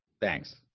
Thanks